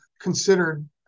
considered